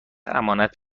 امانت